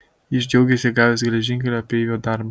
jis džiaugėsi gavęs geležinkelio apeivio darbą